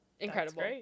Incredible